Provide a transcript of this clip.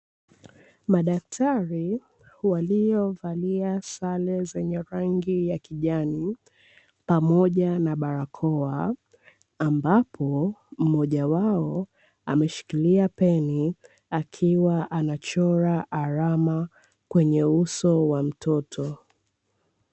Madaktari waliovalia sare zenye rangi ya kijani pamoja na barakoa, ambapo mmoja wao ameshikilia peni akiwa anachora alama kwenye uso wa mtoto.